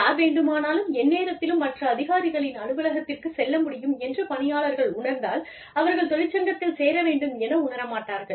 யார் வேண்டுமானாலும் எந்நேரத்திலும் மற்ற அதிகாரிகளின் அலுவலகத்திற்கு செல்ல முடியும் என்று பணியாளர்கள் உணர்ந்தால் அவர்கள் தொழிற்சங்கத்தில் சேர வேண்டும் என உணர மாட்டார்கள்